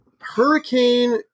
Hurricane